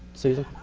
susan.